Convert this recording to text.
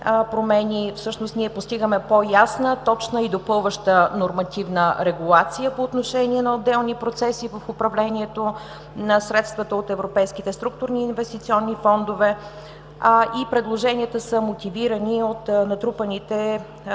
всъщност ние постигаме по-ясна, точна и допълваща нормативна регулация по отношение на отделни процеси в управлението на средствата от европейските структурни и инвестиционни фондове и предложенията са мотивирани от натрупаните практики